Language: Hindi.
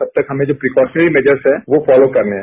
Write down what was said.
तब तक हमें जो प्रिकोसिंग मेजर्स है वो फोलो करने हैं